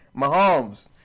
Mahomes